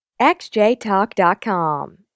XJTalk.com